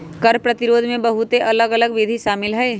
कर प्रतिरोध में बहुते अलग अल्लग विधि शामिल हइ